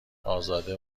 آزاده